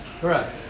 Correct